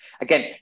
again